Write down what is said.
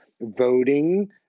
Voting